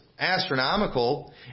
Astronomical